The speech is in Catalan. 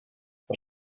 per